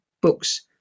Books